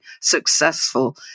successful